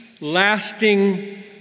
lasting